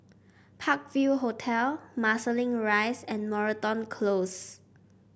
Park View Hotel Marsiling Rise and Moreton Close